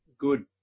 good